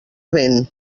vent